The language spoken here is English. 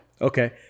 Okay